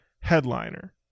headliner